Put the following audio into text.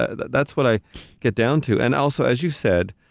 ah ah that's what i get down to. and also, as you said,